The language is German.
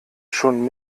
schon